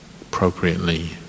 appropriately